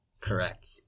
Correct